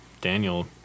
Daniel